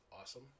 awesome